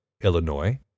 Illinois